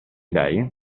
lei